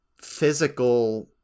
physical